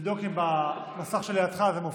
תבדוק אם במסך שלידך זה מופיע.